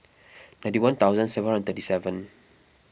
ninety one thousand seven hundred thirty seven